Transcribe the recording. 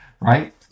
right